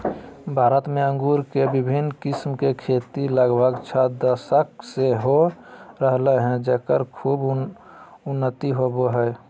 भारत में अंगूर के विविन्न किस्म के खेती लगभग छ दशक से हो रहल हई, जेकर खूब उन्नति होवअ हई